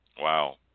Wow